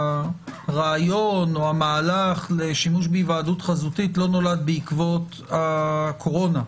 שהרעיון או המהלך לשימוש בהיוועדות חזותית לא נולד בעקבות הקורונה.